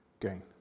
gain